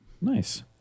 Nice